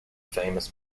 famous